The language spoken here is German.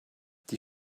die